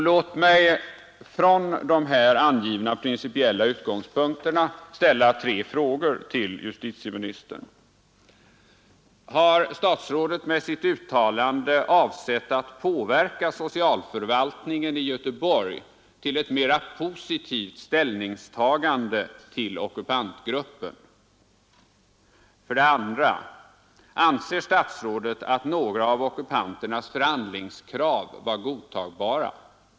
Låt mig från de angivna principiella utgångspunkterna ställa tre frågor till justitieministern: 1. Har statsrådet med sitt uttalande avsett att påverka socialförvaltningen i Göteborg till ett mera positivt ställningstagande till ockupantgruppen? 2. Anser statsrådet att några av ockupanternas förhandlingskrav var godtagbara?